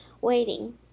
waiting